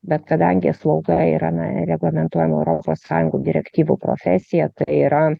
bet kadangi slauga yra na reglamentuojama europos sąjungų direktyvų profesija tai yra